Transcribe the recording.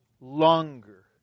longer